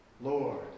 Lord